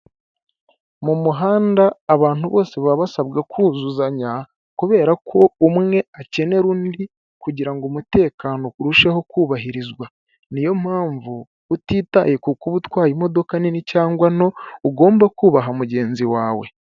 Mu muhanda abantu bose baba basabwa kuzuzanya, kubera ko umwe akenera undi kugira ngo umutekano urusheho kubahirizwa, ni yo mpamvu utitaye ku kuba utwaye imodoka nini cyangwa ugomba kubaha mugenzi wawe.